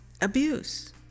abuse